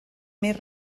més